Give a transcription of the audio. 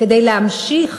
כדי להמשיך